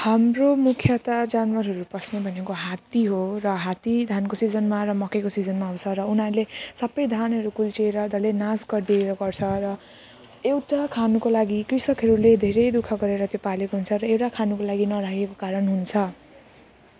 हाम्रो मुख्यत जनावरहरू पस्ने भनेको हात्ती हो र हात्ती धानको सिजनमा र मकैको सिजनमा आउँछ र उनीहरूले सबै धानहरू कुल्चिएर डल्लै नाश गरिदिएर गर्छ र एउटा खानुको लागि कृषकहरूले धेरै दुःख गरेर त्यो पालेको हुन्छ र एउटा खानुको लागि नराखेको कारण हुन्छ